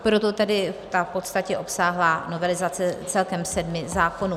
Proto tedy ta v podstatě obsáhlá novelizace celkem sedmi zákonů.